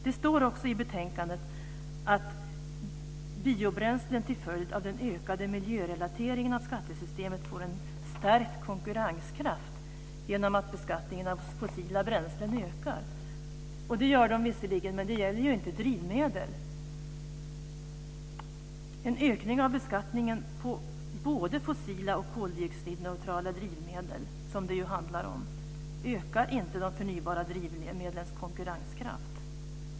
Det står också i betänkandet att biobränslen till följd av den ökade miljörelateringen av skattesystemet får en stärkt konkurrenskraft genom att beskattningen av fossila bränslen ökar. Det gör den visserligen, men det gäller ju inte drivmedel. En ökning av beskattningen på både fossila och koldioxidneutrala drivmedel, som det ju handlar om, ökar inte de förnybara drivmedlens konkurrenskraft.